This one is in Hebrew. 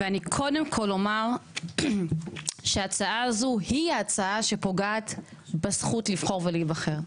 ואני קודם כל אומר שההצעה הזו היא ההצעה שפוגעת בזכות לבחור ולהיבחר.